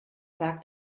sagt